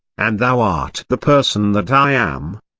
and thou art the person that i am.